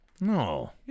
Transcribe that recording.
No